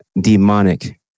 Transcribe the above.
demonic